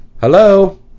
Hello